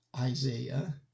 Isaiah